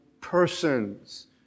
persons